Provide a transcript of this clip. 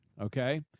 Okay